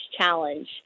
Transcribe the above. challenge